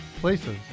places